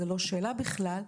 זו לא שאלה בכלל.